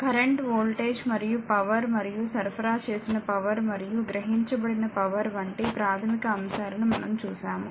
current voltage మరియు power మరియు సరఫరా చేసిన పవర్ మరియు గ్రహించబడిన పవర్ వంటి ప్రాథమిక అంశాలను మనం చూసాము